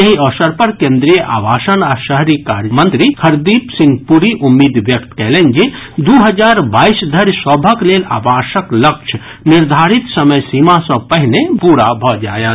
एहि अवसर पर केन्द्रीय आवासन आ शहरी कार्य मंत्री हरदीप सिंह प्ररी उम्मीद व्यक्त कयलनि जे दू हजार बाईस धरि सभक लेल आवासक लक्ष्य निर्धारित समय सीमा सँ पहिने पूरा भऽ जायत